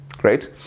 right